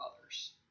others